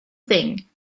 thing